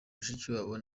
mushikiwabo